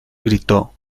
gritó